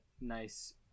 nice